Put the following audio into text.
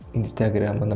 Instagram